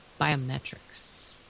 Biometrics